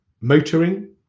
motoring